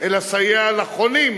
אלא לסייע לחונים,